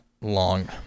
long